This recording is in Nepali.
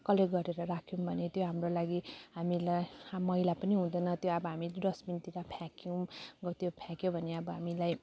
कलेक्ट गरेर राख्यौँ भने त्यो हाम्रो लागि हामीलाई मैला पनि हुँदैन त्यो अब हामी डस्टबिनतिर फ्याँक्यौँ अब त्यो फ्याँक्यो भने अब हामीलाई